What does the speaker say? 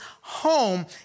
home